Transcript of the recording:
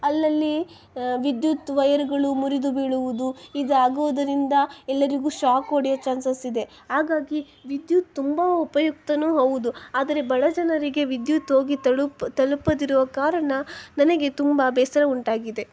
ಅಲ್ಲಲ್ಲಿ ವಿದ್ಯುತ್ ವೈರ್ಗಳು ಮುರಿದು ಬೀಳುವುದು ಇದಾಗುವುದರಿಂದ ಎಲ್ಲರಿಗೂ ಶಾಕ್ ಹೊಡೆಯೋ ಚಾನ್ಸಸ್ ಇದೆ ಹಾಗಾಗಿ ವಿದ್ಯುತ್ ತುಂಬ ಉಪಯುಕ್ತನೂ ಹೌದು ಆದರೆ ಬಡ ಜನರಿಗೆ ವಿದ್ಯುತ್ ಹೋಗಿ ತಳುಪ ತಲುಪದಿರುವ ಕಾರಣ ನನಗೆ ತುಂಬ ಬೇಸರ ಉಂಟಾಗಿದೆ